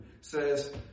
says